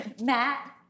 Matt